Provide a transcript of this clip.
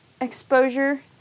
exposure